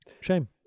shame